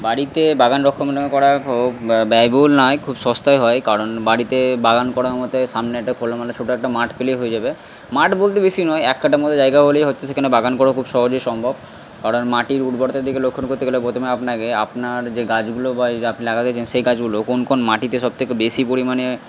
বাড়িতে বাগান রক্ষণাবেক্ষন করা খুব ব্যয়বহুল নয় খুব সস্তায় হয় কারণ বাড়িতে বাগান করা মতে সামনে একটা খোলামেলা ছোটো একটা মাঠ পেলেই হয়ে যাবে মাঠ বলতে বেশি নয় এক কাটা মতো জায়গা হলেই হয়তো সেখানে বাগান করা খুব সহজে সম্ভব কারণ মাটির উর্বরতার দিকে লক্ষণ করতে গেলে প্রথমে আপনাকে আপনার যে গাছগুলো বা এই যে আপনি লাগাতে চান সেই গাছগুলো কোন কোন মাটিতে সবথেকে বেশি পরিমাণে